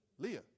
Leah